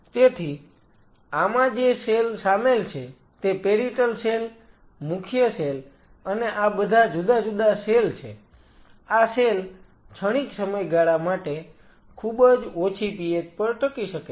તેથી આમાં જે સેલ સામેલ છે તે પેરિટલ સેલ મુખ્ય સેલ અને આ બધા જુદા જુદા સેલ છે આ સેલ ક્ષણિક સમયગાળા માટે ખૂબ જ ઓછી pH પર ટકી શકે છે